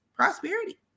prosperity